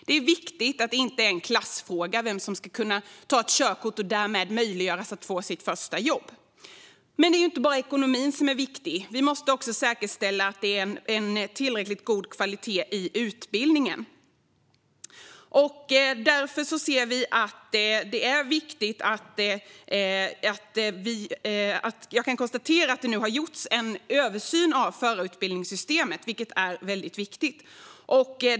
Det är viktigt att det inte är en klassfråga vem som ska kunna ta körkort och därmed få möjlighet att få sitt första jobb. Men det är inte bara ekonomin som är viktig. Vi måste också säkerställa att det är en tillräckligt god kvalitet i utbildningen. Jag kan konstatera att det nu har gjorts en översyn av förarutbildningssystemet, vilket är väldigt viktigt.